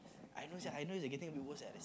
I know sia I know it's like getting worse like that